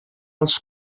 els